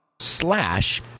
slash